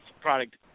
product